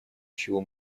чего